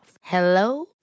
Hello